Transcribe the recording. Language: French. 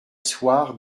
soir